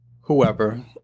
whoever